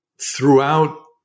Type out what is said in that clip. throughout